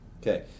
okay